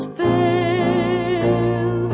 fail